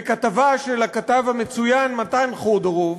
בכתבה של הכתב המצוין מתן חודורוב,